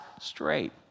straight